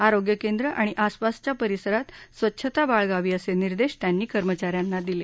आरोग्य केंद्र आणि आसपासच्या परिसरात स्वच्छता बाळगावी असे निर्देश त्यांनी कर्मचाऱ्यांना दिले